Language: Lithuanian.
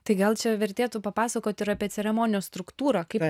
tai gal čia vertėtų papasakot apie ceremonijos struktūrą kaip